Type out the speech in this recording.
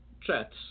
chats